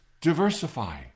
diversify